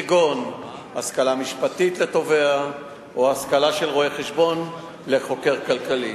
כגון השכלה משפטית לתובע או השכלה של רואה-חשבון לחוקר כלכלי.